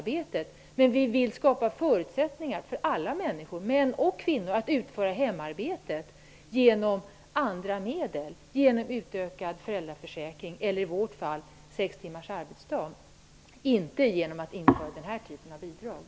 Men vi vill med andra medel skapa förutsättningar för alla människor -- män och kvinnor -- att utföra hemarbetet. Det kan t.ex. vara fråga om att utöka föräldraförsäkringen. Vi föreslår också sex timmars arbetsdag. Vi vill inte införa den typ av bidrag som har föreslagits.